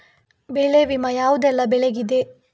ಬೆಳೆ ವಿಮೆ ಯಾವುದೆಲ್ಲ ಬೆಳೆಗಿದೆ?